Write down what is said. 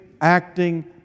acting